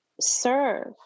serve